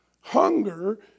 Hunger